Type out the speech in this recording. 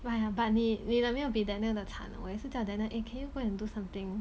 why ah but 你你的没有比 daniel 的惨我也是叫 daniel eh can you go and do something